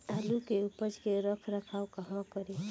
आलू के उपज के रख रखाव कहवा करी?